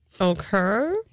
Okay